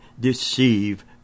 deceive